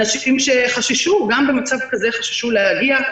אנשים שחששו גם במצב כזה להגיע.